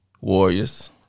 Warriors